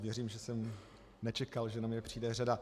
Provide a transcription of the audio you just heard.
Věřím, že jsem nečekal, že na mě přijde řada.